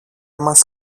μας